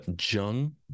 Jung